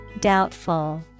Doubtful